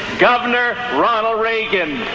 governor ronald reagan